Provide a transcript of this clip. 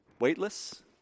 Weightless